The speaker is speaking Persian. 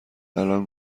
الان